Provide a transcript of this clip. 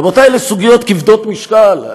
רבותיי, אלו סוגיות כבדות משקל.